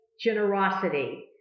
generosity